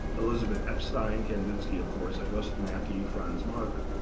elizabeth epstein, kandinsky, of course, august macke, franz marc,